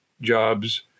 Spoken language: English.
jobs